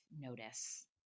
notice